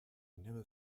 never